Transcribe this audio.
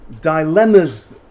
dilemmas